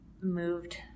moved